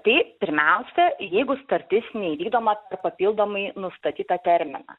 tai pirmiausia jeigu sutartis neįvykdoma per papildomai nustatytą terminą